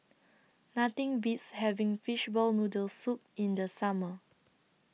Nothing Beats having Fishball Noodle Soup in The Summer